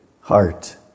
heart